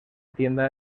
tienda